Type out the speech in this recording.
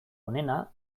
onena